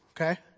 Okay